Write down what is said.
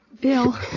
Bill